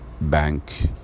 bank